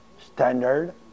standard